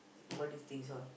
all these things all